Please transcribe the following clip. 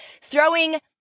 throwing